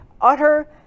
utter